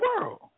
world